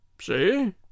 See